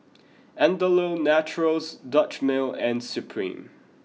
Andalou Naturals Dutch Mill and Supreme